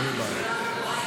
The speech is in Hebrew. אין בעיה.